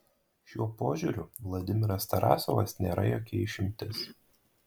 šiuo požiūriu vladimiras tarasovas nėra jokia išimtis